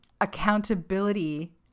accountability